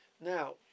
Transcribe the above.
Now